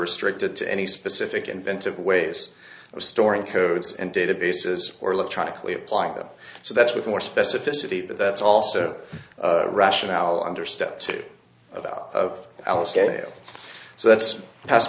restricted to any specific inventive ways of storing codes and databases or electronically applying them so that's with more specificity but that's also a rationale under step two of i'll sail so that's